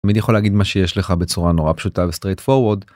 אני יכול להגיד מה שיש לך בצורה נורא פשוטה וסטרייט פורווד.